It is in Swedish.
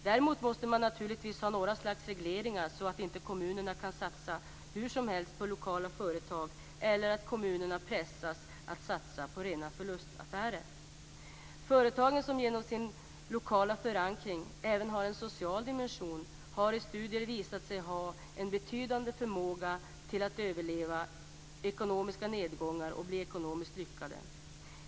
Däremot måste man naturligtvis ha några slags regleringar, så att kommunerna inte kan satsa hur som helst på lokala företag eller så att kommuner inte pressas att satsa på rena förlustaffärer. Företag som genom sin lokala förankring även har en social dimension har i studier visat sig ha en betydande förmåga att överleva ekonomiska nedgångar och bli ekonomiskt lyckade.